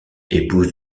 épouse